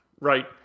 right